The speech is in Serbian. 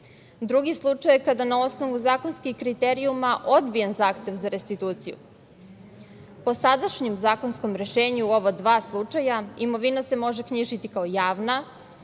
Drugi slučaj je kada na osnovu zakonskih kriterijuma je odbijen zahtev za restituciju. Po sadašnjem zakonskom rešenju u ova dva slučaja, imovina se može knjižiti kao javna,